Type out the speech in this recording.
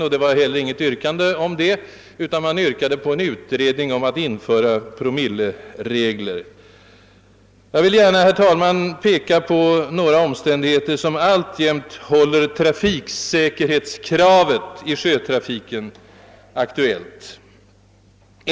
Det förelåg inte heller något yrkande härom, utan det begärdes en utredning om införande av promilleregler. Herr talman! Jag vill även denna gång gärna peka på några särskilda omständigheter, som håller trafiksäkerhetskravet i sjötrafiken aktuellt.